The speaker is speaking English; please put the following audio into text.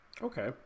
okay